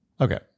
okay